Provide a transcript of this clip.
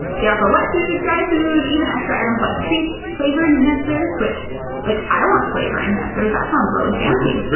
they offer wet food, dry food, even extra items like treats, flavor enhancers, which like i want flavor enhancers that sounds really fancy. but